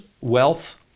wealth